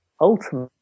ultimately